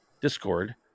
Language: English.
discord